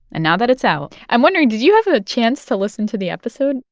and now that it's out, i'm wondering, did you have a chance to listen to the episode?